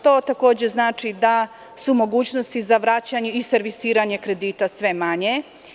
To takođe znači da su mogućnosti za vraćanje i servisiranje kredita sve manji.